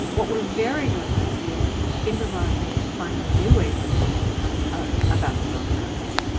what we're very good at is improvising and finding new ways of thinking ah um about the world around us.